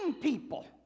people